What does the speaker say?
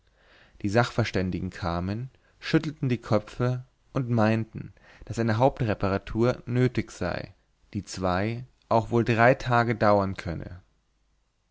die sachverständigen kamen schüttelten die köpfe und meinten daß eine hauptreparatur nötig sei die zwei auch wohl drei tage dauern könne